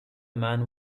man